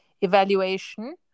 evaluation